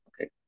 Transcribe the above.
Okay